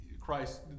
Christ